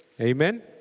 Amen